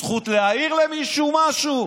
הזכות להעיר למישהו משהו.